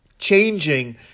changing